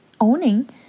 owning